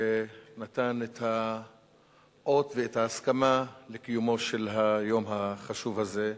שנתן את האות ואת ההסכמה לקיומו של היום החשוב הזה.